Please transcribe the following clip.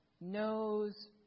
knows